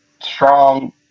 strong